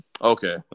Okay